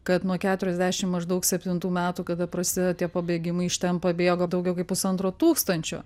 kad nuo keturiasdešim maždaug septintų metų kada prasideda tie pabėgimai iš ten pabėgo daugiau kaip pusantro tūkstančio